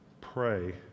pray